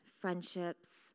friendships